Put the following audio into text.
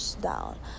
down